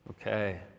Okay